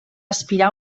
aspirar